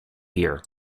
beer